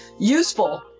useful